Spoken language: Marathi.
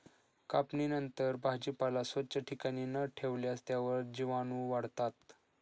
कापणीनंतर भाजीपाला स्वच्छ ठिकाणी न ठेवल्यास त्यावर जीवाणूवाढतात